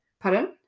pardon